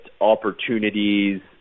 opportunities